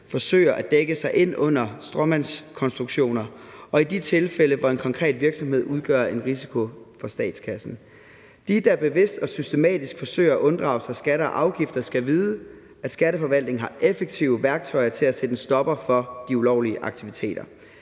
forsøger at dække sig ind under stråmandskonstruktioner, og i de tilfælde, hvor en konkret virksomhed udgør en risiko for statskassen. De, der bevidst og systematisk forsøger at unddrage sig skatter og afgifter, skal vide, at Skatteforvaltningen har effektive værktøjer til at sætte en stopper for de ulovlige aktiviteter.